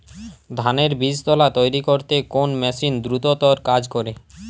ধানের বীজতলা তৈরি করতে কোন মেশিন দ্রুততর কাজ করে?